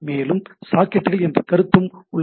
மேலும் சாக்கெட்டுகள் என்று ஒரு கருத்து உள்ளது